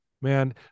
man